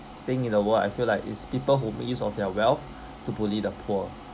thing in the world I feel like is people who make use of their wealth to bully the poor